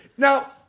Now